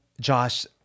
Josh